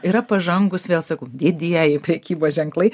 yra pažangūs vėl sakau didieji prekybos ženklai